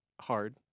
hard